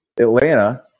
Atlanta